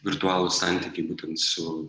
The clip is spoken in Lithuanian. virtualūs santykiai būtent su